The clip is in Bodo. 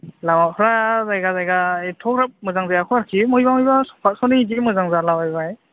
लामाफ्रा जायगा जायगा एथ'ग्राब मोजां जायाखै आरोखि महायबा महायबा बिदिनो सफा सनै बिदिनो मोजां जालाबायबाय